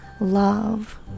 love